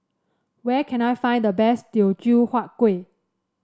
where can I find the best Teochew Huat Kueh